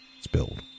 spilled